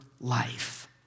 life